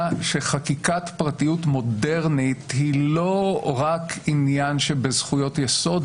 שחקיקת פרטיות מודרנית אינה רק עניין שבזכויות יסוד,